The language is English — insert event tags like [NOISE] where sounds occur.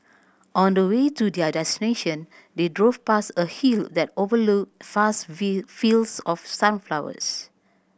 on the way to their destination they drove past a hill that overlooked vast [UNINTELLIGIBLE] fields of sunflowers